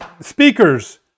speakers